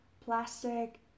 plastic